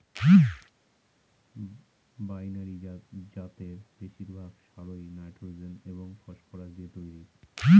binary জাতের বেশিরভাগ সারই নাইট্রোজেন এবং ফসফরাস দিয়ে তৈরি